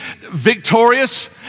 victorious